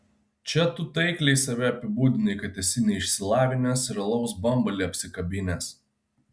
čia tu taikliai save apibūdinai kad esi neišsilavinęs ir alaus bambalį apsikabinęs